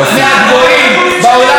אין פערים בין עשירים לעניים,